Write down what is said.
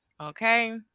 Okay